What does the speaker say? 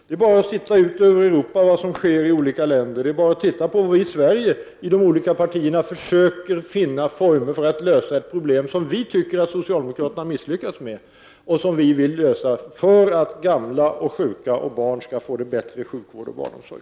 Det är bara att titta ut i Europa och se vad som sker i olika länder. Det är bara att titta i Sverige hur de olika partierna försöker finna former för att lösa ett problem som vi tycker att socialdemokraterna har misslyckats med att lösa. Vi vill lösa det så att gamla och sjuka samt barn skall få bättre sjukvård resp. barnomsorg.